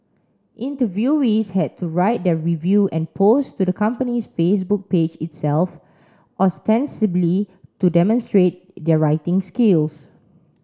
interviewees had to write their review and post to the company's Facebook page itself ostensibly to demonstrate their writing skills